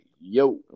yo